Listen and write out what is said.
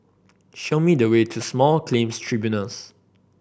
show me the way to Small Claims Tribunals